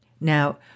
Now